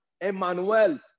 Emmanuel